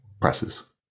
presses